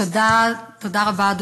תודה רבה.